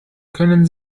können